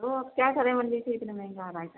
تو اب کیا کریں منڈی سے اتنا مہنگا آ رہا ہے سر